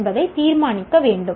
என்பதை தீர்மானிக்க வேண்டும்